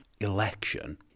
election